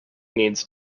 needs